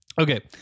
Okay